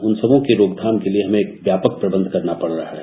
उन सबकों की रोकथाम के लिये व्यापक प्रबंध करना पड़ रहा है